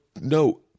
No